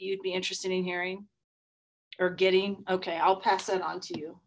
you'd be interested in hearing or getting okay i'll pass that on to you